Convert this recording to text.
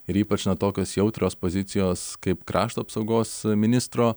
ir ypač na tokios jautrios pozicijos kaip krašto apsaugos ministro